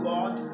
God